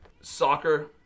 Soccer